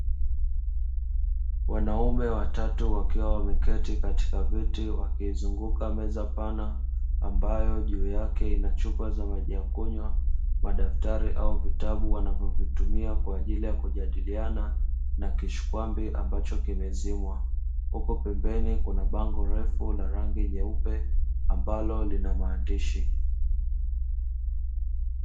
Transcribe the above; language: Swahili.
Wanaume watatu wakiwa wameketi katika viti wakiizunguka meza pana, ambayo juu yake ina chupa za maji ya kunywa, madaftari au vitabu wanavyo vitumia kwa ajili ya kujadiliana na kishikwambi ambacho kimezimwa; huku pembeni Kuna bango refu la rangi nyeupe ambalo lina maandishi.